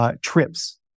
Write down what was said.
trips